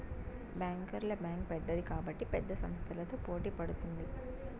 బ్యాంకర్ల బ్యాంక్ పెద్దది కాబట్టి పెద్ద సంస్థలతో పోటీ పడుతుంది